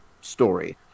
story